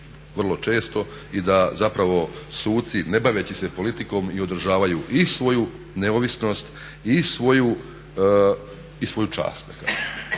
vrlo često i da zapravo suci ne baveći se politikom i održavaju i svoju neovisnost i svoju čast